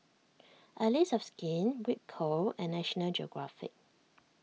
Allies of Skin Ripcurl and National Geographic